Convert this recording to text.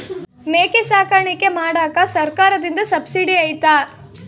ಮೇಕೆ ಸಾಕಾಣಿಕೆ ಮಾಡಾಕ ಸರ್ಕಾರದಿಂದ ಸಬ್ಸಿಡಿ ಐತಾ?